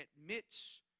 admits